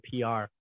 PR